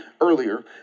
earlier